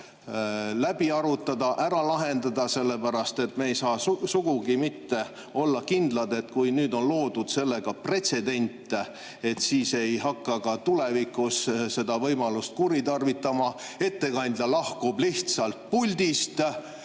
läbi arutada ja ära lahendada, sellepärast et me ei saa sugugi kindlad olla, et kui nüüd on loodud pretsedent, siis ei hakata tulevikus seda võimalust kuritarvitama. Ettekandja lahkub lihtsalt puldist!